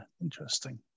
interesting